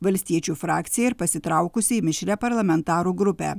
valstiečių frakciją ir pasitraukusį į mišrią parlamentarų grupę